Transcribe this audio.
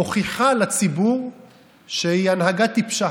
מוכיחה לציבור שהיא הנהגה טיפשה.